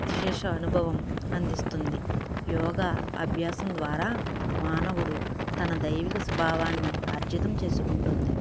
విశేష అనుభవం అందిస్తుంది యోగా అభ్యాసం ద్వారా మానవుడు తన దైవిక స్వభావాన్ని అర్జితం చేసుకుంటుంది